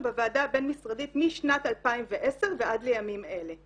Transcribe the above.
בוועדה הבין משרדית משנת 2010 ועד לימים אלה.